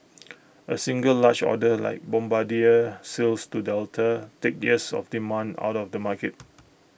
A single large order like Bombardier sales to Delta takes years of demand out of the market